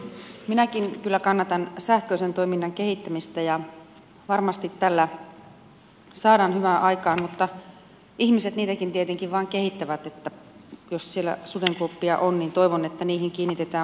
minäkin kyllä kannatan sähköisen toiminnan kehittämistä ja varmasti tällä saadaan hyvää aikaan mutta ihmiset niitäkin tietenkin vaan kehittävät että jos siellä sudenkuoppia on niin toivon että niihin kiinnitetään huomiota